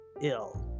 ill